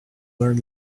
learn